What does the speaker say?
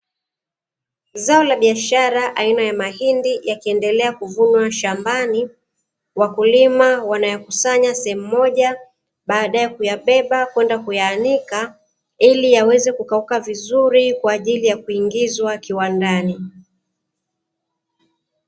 Zao la biashara aina ya mahindi, yakiendelea kuvunwa shambani, wakulima wanayakusanya sehemu moja, baadae kuyabeba kwenda kuyaanika ili yaweze kukauka vizuri kwa ajili ya kuingizwa kiwandani.